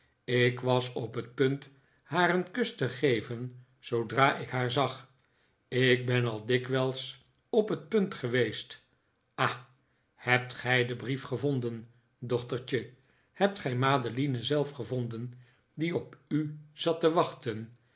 ik was op het punt haar een kus te geven zoodra ik haar zag ik ben al dikwijls op het punt geweest ah hebt gij den brief gevonden dochtertje hebt gij madeline zelf gevonden die op u zat te wachten